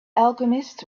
alchemist